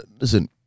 Listen